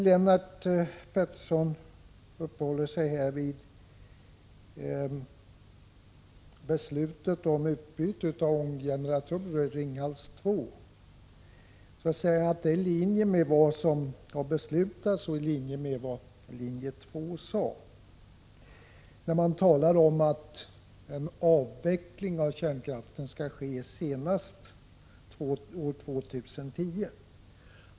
Lennart Pettersson tog upp beslutet om ett utbyte av generatorer i Ringhals 2 och sade att det är i linje med vad som har beslutats och vad linje 2 stod för när man talade om att en avveckling av kärnkraften skulle ske senast år 2010.